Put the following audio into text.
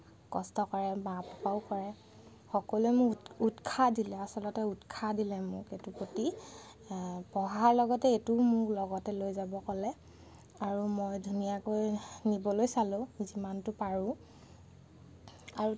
কষ্ট কৰে মা পাপাও কৰে সকলোৱে মোক উৎসাহ দিলে আচলতে উৎসাহ দিলে মোক এইটোৰ প্ৰতি পঢ়াৰ লগতে এইটোও মোক লগতে লৈ যাব ক'লে আৰু মই ধুনীয়াকৈ নিবলৈ চালোঁ যিমানটো পাৰোঁ